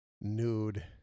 nude